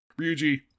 Ryuji